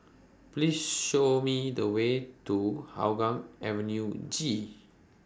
Please Show Me The Way to Hougang Avenue G